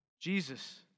Jesus